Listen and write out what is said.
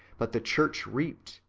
but the church reaped,